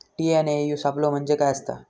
TNAU सापलो म्हणजे काय असतां?